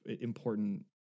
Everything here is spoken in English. important